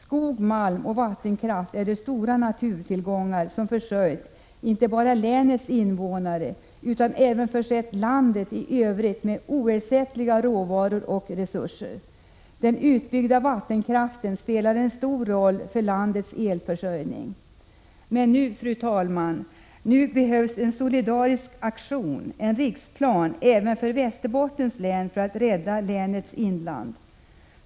Skog, malm och vattenkraft är de stora naturtillgångar som försörjt inte bara länets invånare utan även försett landet i övrigt med oersättliga råvaror och resurser. Den utbyggda vattenkraften spelar en stor roll för landets elförsörjning. Men nu, fru talman, behövs en solidarisk aktion, en riksplan, även för Västerbottens län för att rädda länets inland.